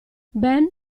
ben